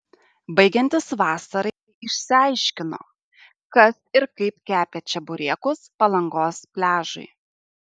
baigiantis vasarai išsiaiškino kas ir kaip kepė čeburekus palangos pliažui